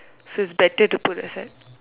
so it's better to put aside